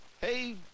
Hey